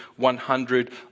100